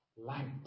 Light